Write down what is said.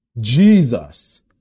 Jesus